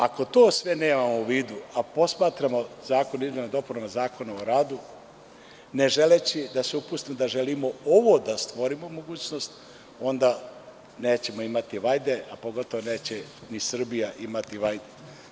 Ako to sve nemamo u vidu, a posmatramo Zakon o izmenama i dopunama Zakona o radu, ne želeći da se upustimo da želimo ovo da stvorimo mogućnost, onda nećemo imati vajde a pogotovo neće ni Srbija imati vajde.